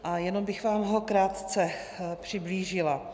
A jenom bych vám ho krátce přiblížila.